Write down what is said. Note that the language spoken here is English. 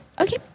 Okay